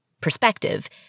perspective